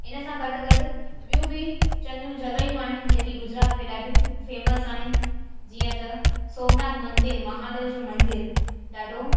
इन सां गॾु गॾु ॿियू बि चङियूं जॻायूं आहिनि जेकी गुजरात में ॾाढियूं फेमस आहिनि जीअं त सौमनाथ मंदिरु महादेव जो मंदरु ॾाढो